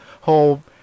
whole